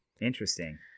Interesting